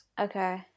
Okay